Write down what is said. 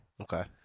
Okay